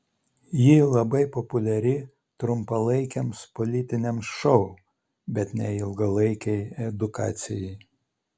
ji labai populiari trumpalaikiams politiniams šou bet ne ilgalaikei edukacijai